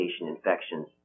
infections